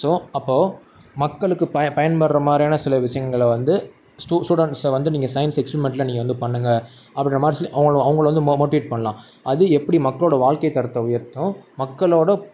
so அப்போது மக்களுக்கு பயன் பயன்படுகிற மாதிரியான சில விஷயங்கள வந்து ஸ்டூ ஸ்டூ ஸ்டூடெண்ட்ஸை வந்து நீங்கள் சயின்ஸ் எக்ஸ்பிரிமெண்ட்டில் நீங்கள் வந்து பண்ணுங்க அப்படின்ற மாதிரி சொல்லி அவங்க அவங்கள வந்து மோ மோட்டிவேட் பண்ணலாம் அது எப்படி மக்களோடய வாழ்க்கை தரத்தை உயர்த்தும் மக்களோடய